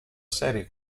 serie